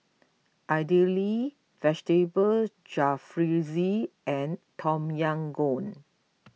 Idili Vegetable Jalfrezi and Tom Yam Goong